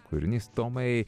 kūrinys tomai